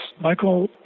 michael